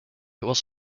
was